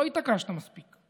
לא התעקשת מספיק.